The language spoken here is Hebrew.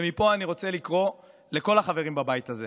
ומפה אני רוצה לקרוא לכל החברים בבית הזה,